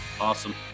Awesome